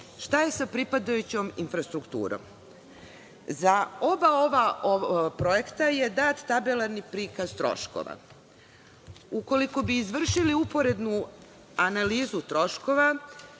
Šta je sa pripadajućom infrastrukturom? Za oba ova projekta je dat tabelarni prikaz troškova. Ukoliko bi izvršili uporednu analizu troškova